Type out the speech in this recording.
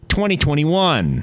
2021